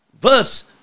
verse